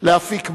להפיק מים,